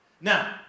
now